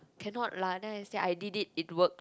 cannot lah then I said I did it it work